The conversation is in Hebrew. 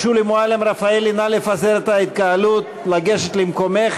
מועלם-רפאלי, נא לפזר את ההתקהלות, לגשת למקומך,